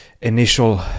initial